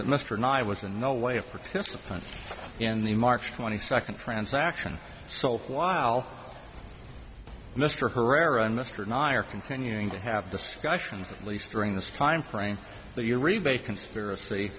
that mr nigh was in no way of participants in the march twenty second transaction so while mr herrera and mr and i are continuing to have discussions at least during this timeframe that your rebate conspiracy